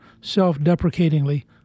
self-deprecatingly